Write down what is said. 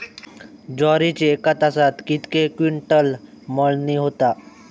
ज्वारीची एका तासात कितके क्विंटल मळणी होता?